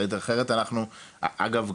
אגב,